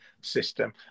system